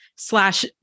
slash